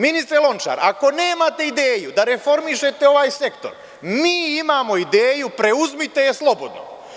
Ministre Lončar, ako nemate ideju da reformišete ovaj sektor, mi imamo ideju, preuzmite je slobodno.